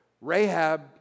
Rahab